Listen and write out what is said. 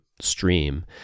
stream